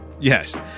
yes